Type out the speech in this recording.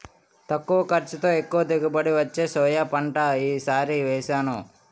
తక్కువ ఖర్చుతో, ఎక్కువ దిగుబడి వచ్చే సోయా పంట ఈ సారి వేసాను